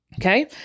Okay